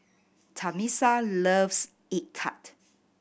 Tamisha loves egg tart